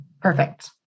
Perfect